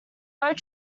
boat